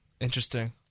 Interesting